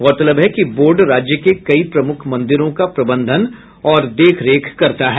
गौरतलब है कि बोर्ड राज्य के कई प्रमुख मंदिरों का प्रबंधन और देख रेख करता है